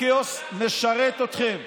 הכאוס משרת אתכם.